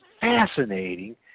fascinating